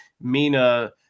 Mina